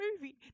movie